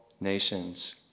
nations